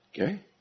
Okay